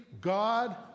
God